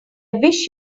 wish